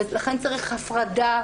לכן צריך הפרדה,